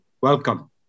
welcome